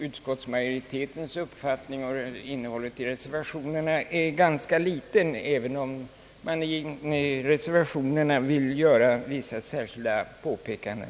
utskottsmajoritetens uppfattning och innehållet i flera av reservationerna ganska liten. Man vill i reservationerna dock göra vissa särskilda påpekanden.